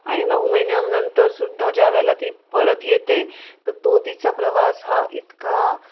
आणि नऊ महिन्यांनंतरसुद्धा ज्यावेळेला ती परत येते तर तो तिचा प्रवास हा इतका